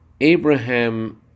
Abraham